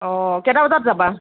অ কেইটা বজাত যাবা